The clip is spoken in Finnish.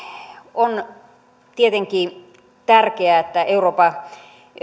on tietenkin tärkeää että euroopan